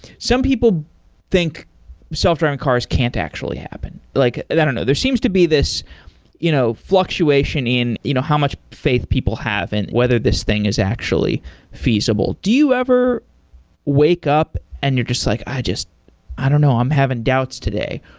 some people think self-driving cars can't actually happen. like i don't know. there seems to be this you know fluctuation in you know how much faith people have, and whether this thing is actually feasible. do you ever wake up and you're just like, i don't know. i'm having doubts today.